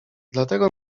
dlatego